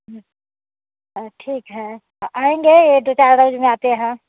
ठीक है आएँगे दो चार दिन में आते हैं